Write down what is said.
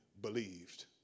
believed